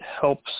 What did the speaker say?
helps